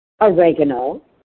oregano